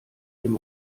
dem